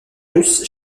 russe